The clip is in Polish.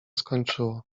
skończyło